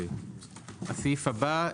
הסעיף הבא,